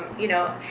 you know,